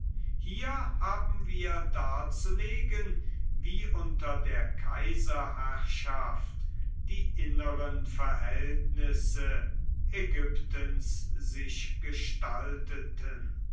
hier haben wir darzulegen wie unter der kaiserherrschaft die inneren verhältnisse ägyptens sich gestalteten